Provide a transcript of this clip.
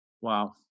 Wow